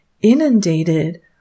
inundated